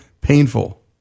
painful